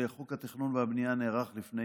בחוק התכנון והבנייה נערך תיקון לפני